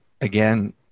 again